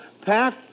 Pat